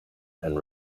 and